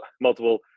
multiple